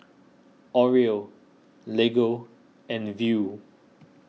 Oreo Lego and Viu